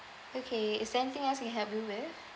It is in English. okay is there anything else I can help you with